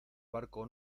barco